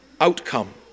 outcome